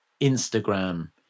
Instagram